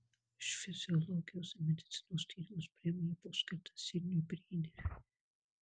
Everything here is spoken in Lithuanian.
už fiziologijos ir medicinos tyrimus premija buvo skirta sidniui brėneriui